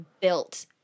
built